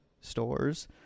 stores